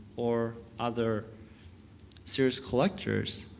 or other serious collectors,